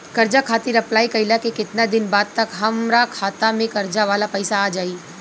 कर्जा खातिर अप्लाई कईला के केतना दिन बाद तक हमरा खाता मे कर्जा वाला पैसा आ जायी?